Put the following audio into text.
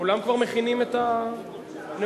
כבר מכינים את הנאומים,